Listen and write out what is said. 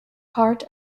part